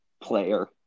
player